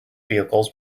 vehicles